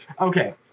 Okay